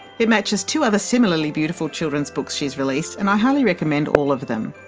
it matches two other similarly beautiful children's books she has released and i highly recommend all of them.